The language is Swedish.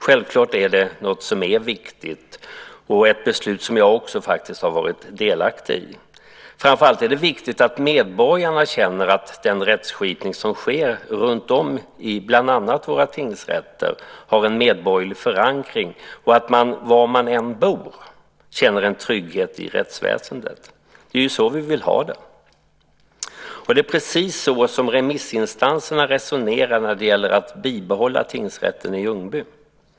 Självklart är det något som är viktigt - ett beslut som jag också har varit delaktig i. Framför allt är det viktigt att medborgarna känner att den rättskipning som sker runtom i bland annat våra tingsrätter har en medborgerlig förankring och att man, var man än bor, känner en trygghet i rättsväsendet. Det är så vi vill ha det. Det är precis så som remissinstanserna resonerar när det gäller att bibehålla tingsrätten i Ljungby.